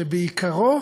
שעיקרו